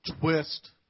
twist